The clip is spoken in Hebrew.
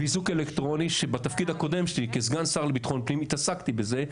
ואיזוק אלקטרוני שבתפקיד הקודם שלי כסגן שר לביטחון פנים התעסקתי בזה.